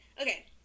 Okay